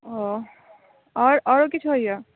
ओऽ आओर आओरो किछु होइए